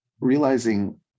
realizing